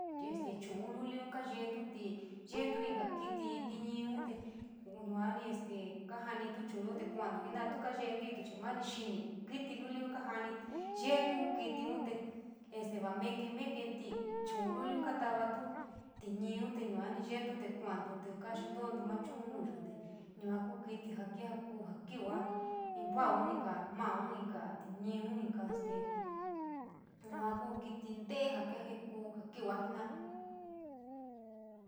este chuun luliun kayeetutí yeetu inka kiti tiñii te ko yuaní este kaa janiiu chuuyo te kuantu jena’a te moni xiní kiti luliun koa jooní yeetu kitiun, este vaa meke, meketí chuun luliun katavatu tiñiiun yuaní yeetu te kuantu te koastooto maa chuun nuyoote yua kuu kiti jaa jaakuu jaa kiwaa, vauuun, inka mabuun, inka tiñiiun, inka te este yuaa kuu kiti ntée jaa kajakuu jaa kiwaa jena’a.